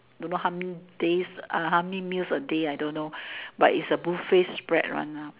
don't know how many days ah how many meals a day I don't know but it's a buffet spread one lah